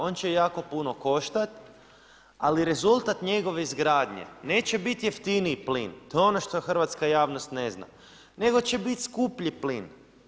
On će jako puno koštati, ali rezultat njegove izgradnje, neće biti jeftiniji plin, to je ono što hrvatska javnost ne zna, nego će biti skuplji plin.